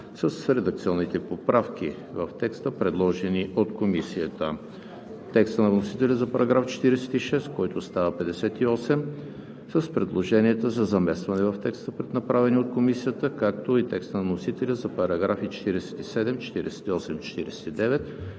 редакционните поправки в текста, предложени от Комисията; текста на вносителя за § 46, който става § 58, с предложенията за заместване в текста, направени от Комисията, както и текста на вносителя за § 47, § 48